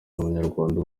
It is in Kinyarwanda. umunyarwanda